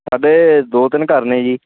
ਸਾਡੇ ਦੋ ਤਿੰਨ ਘਰ ਨੇ ਜੀ